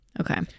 Okay